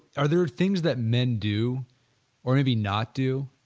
are there things that men do or maybe not do,